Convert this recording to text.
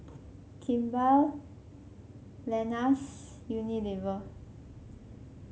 Kimball Lenas Unilever